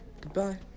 Goodbye